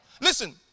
Listen